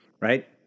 right